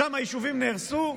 שם יישובים נהרסו?